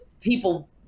people